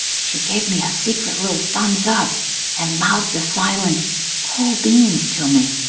she gave me a secret little thumbs-up and mouthed a silent cool beans to me.